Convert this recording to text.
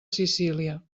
sicília